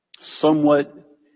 Somewhat